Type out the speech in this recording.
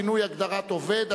שינוי הגדרת "עובד"),